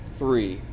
three